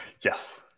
yes